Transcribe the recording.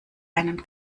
einen